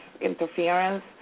interference